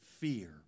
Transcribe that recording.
fear